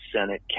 Senate